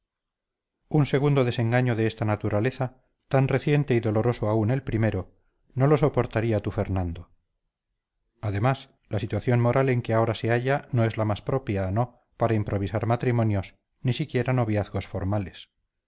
un segundo desengaño de esta naturaleza tan reciente y doloroso aún el primero no lo soportaría tu fernando además la situación moral en que ahora se halla no es la más propia no para improvisar matrimonios ni siquiera noviazgos formales